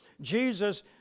Jesus